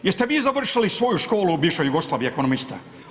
Jest vi završili svoju školu u bivšoj Jugoslaviji ekonomista?